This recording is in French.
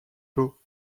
beau